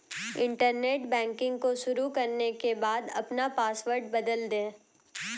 internet banking को शुरू करने के बाद अपना पॉसवर्ड बदल दे